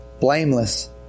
blameless